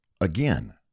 again